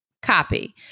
Copy